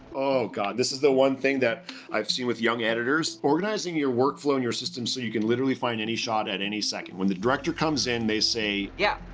oh, god. this is the one thing that i've seen with young editors. organize your work flow in your system so you can literally find any shot at any second. when the director comes in, they say, yeah.